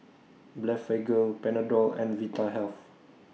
Blephagel Panadol and Vitahealth